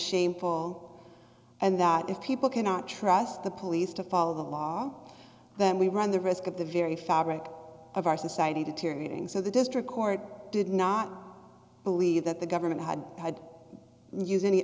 shameful and that if people cannot trust the police to follow the law then we run the risk of the very fabric of our society deteriorating so the district court did not believe that the government had had used any